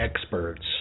experts